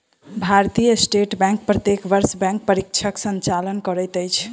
भारतीय state bank प्रत्येक वर्ष बैंक परीक्षाक संचालन करैत अछि